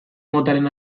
motaren